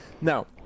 now